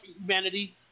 humanity